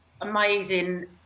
amazing